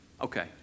Okay